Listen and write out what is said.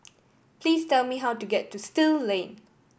please tell me how to get to Still Lane